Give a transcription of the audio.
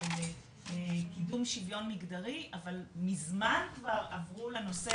שהם קידום שוויון מגדרי אבל מזמן כבר עברו לנושא